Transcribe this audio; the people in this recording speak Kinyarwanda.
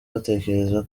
batekereza